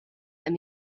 and